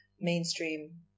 mainstream